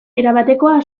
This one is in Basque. erabatekoa